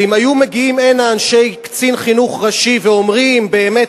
ואם היו מגיעים הנה אנשי קצין חינוך ראשי ואומרים באמת מה קורה,